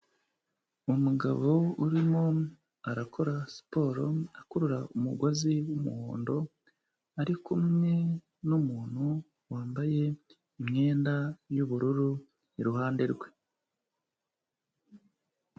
Umugabo urimo arakora siporo akurura umugozi w'umuhondo, ari kumwe n'umuntu wambaye imyenda y'ubururu iruhande rwe.